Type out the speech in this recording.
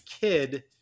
kid